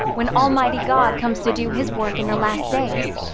when almighty god comes to do his work in the last days,